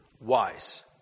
wise